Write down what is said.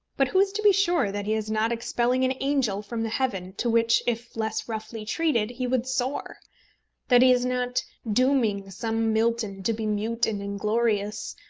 but who is to be sure that he is not expelling an angel from the heaven to which, if less roughly treated, he would soar that he is not dooming some milton to be mute and inglorious,